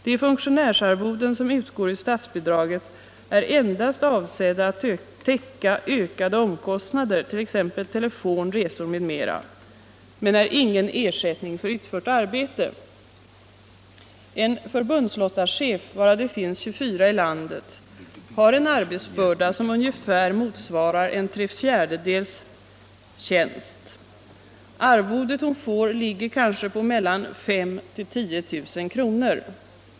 De funktionärsarvoden som utgår ur statsbidraget är endast avsedda att täcka ökade omkostnader, t.ex. telefon, resor m.m., men är ingen ersättning för utfört arbete. En förbundslottachef, varav det finns 24 i landet, har en arbetsbörda som ungefär motsvarar tre fjärdedels tjänst. Arvodet hon får ligger kanske mellan 5 000 och 10000 kr.